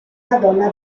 madonna